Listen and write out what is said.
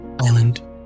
island